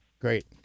great